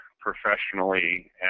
professionally